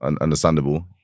understandable